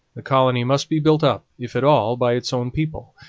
the colony must be built up, if at all, by its own people.